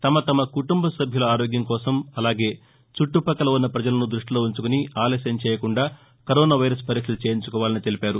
తమ తమ కుటుంబ సభ్యుల ఆరోగ్యం కోసం అలాగే చుట్టపక్కల ఉన్న ప్రజలను దృష్టిలో ఉంచుకుని ఆలస్యం చేయకుండా కరోనా వైరస్ పరీక్షలు చేయించుకోవాలని తెలిపారు